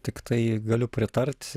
tiktai galiu pritart